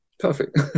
perfect